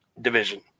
division